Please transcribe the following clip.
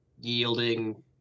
yielding